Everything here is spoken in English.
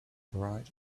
bride